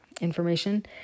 information